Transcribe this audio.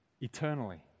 eternally